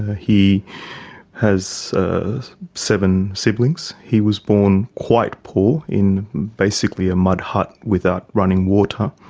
he has seven siblings. he was born quite poor, in basically a mud hut without running water.